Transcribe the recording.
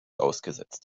ausgesetzt